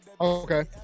Okay